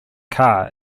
car